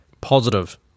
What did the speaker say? positive